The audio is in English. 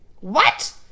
What